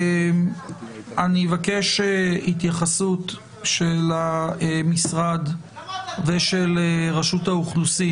אני אבקש התייחסות של המשרד ושל רשות האוכלוסין